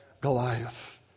Goliath